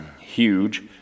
huge